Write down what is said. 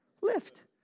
Lift